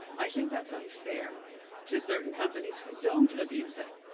i think that's unfair to certain companies who don't abuse it.